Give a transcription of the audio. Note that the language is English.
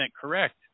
correct